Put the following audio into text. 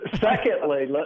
Secondly